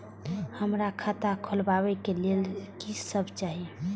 हमरा खाता खोलावे के लेल की सब चाही?